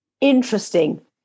Interesting